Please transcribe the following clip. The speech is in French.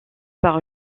par